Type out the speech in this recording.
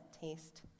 taste